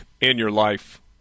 in-your-life